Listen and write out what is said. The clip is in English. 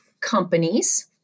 companies